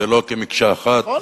זה לא כמקשה אחת, נכון.